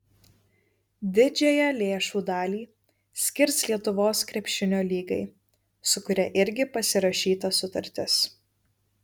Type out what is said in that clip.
didžiąją lėšų dalį skirs lietuvos krepšinio lygai su kuria irgi pasirašyta sutartis